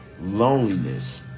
loneliness